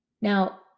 Now